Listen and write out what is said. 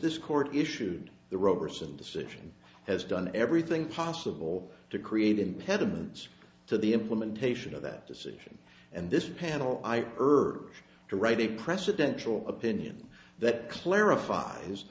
this court issued the roberson decision has done everything possible to create impediments to the implementation of that decision and this panel i urge to write a presidential opinion that clarif